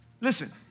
Listen